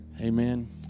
Amen